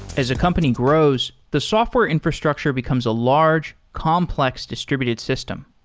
as a company grows, the software infrastructure becomes a large complex distributed system.